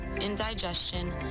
indigestion